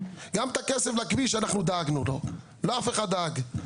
את הכסף לכביש גם אנחנו דאגנו לו, לא אף אחד דאג.